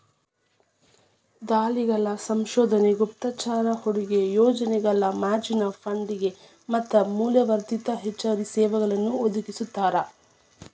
ದಲ್ಲಾಳಿಗಳ ಸಂಶೋಧನೆ ಗುಪ್ತಚರ ಹೂಡಿಕೆ ಯೋಜನೆಗಳ ಮಾರ್ಜಿನ್ ಫಂಡಿಂಗ್ ಮತ್ತ ಮೌಲ್ಯವರ್ಧಿತ ಹೆಚ್ಚುವರಿ ಸೇವೆಗಳನ್ನೂ ಒದಗಿಸ್ತಾರ